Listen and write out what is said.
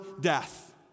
death